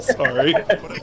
sorry